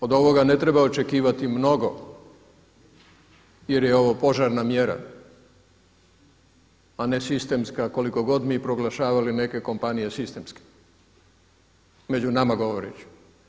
Od ovoga ne treba očekivati mnogo jer je ovo požarna mjera a ne sistemska koliko god mi proglašavali neke kompanije sistemske, među nama govoreći.